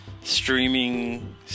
streaming